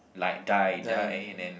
like die die and then